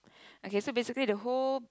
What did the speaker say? okay so basically the whole